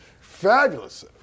Fabulous